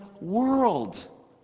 world